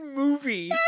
movie